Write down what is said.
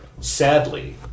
Sadly